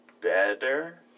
better